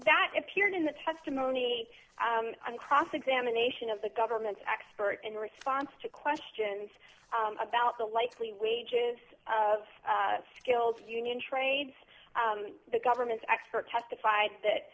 that appeared in the testimony on cross examination of the government's expert in response to questions about the likely wages of skilled union trades the government's expert testified that